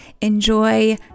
enjoy